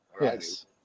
yes